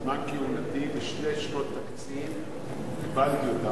בזמן כהונתי, בשתי שנות תקציב, קיבלתי אותם.